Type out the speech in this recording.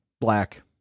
black